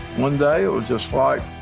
one day it was just like